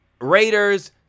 Raiders